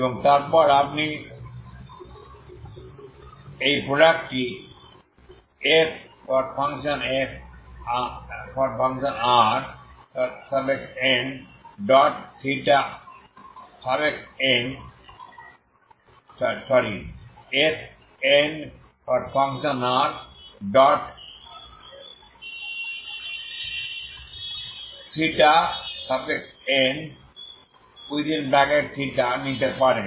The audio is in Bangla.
এবং তারপর আপনি এই প্রোডাক্টটি Fnrϴnθ নিতে পারেন